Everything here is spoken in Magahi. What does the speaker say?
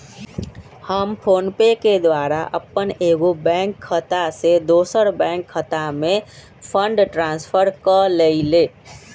हम फोनपे के द्वारा अप्पन एगो बैंक खता से दोसर बैंक खता में फंड ट्रांसफर क लेइले